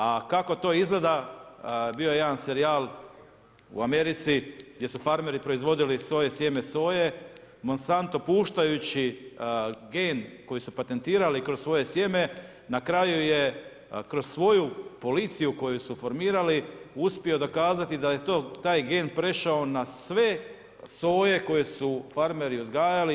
A kako to izgleda, bio je jedan serijal u Americi, gdje su farmeri proizvodili soje sjeme soje, Monsantno puštajući gen koji su patentirali kroz svoje sjeme, na kraju je kroz svoju policiju koju su formirali, uspio dokazati da je taj gen prešao na sve soje koje su farmeri uzgajali.